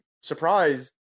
surprise